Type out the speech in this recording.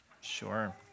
sure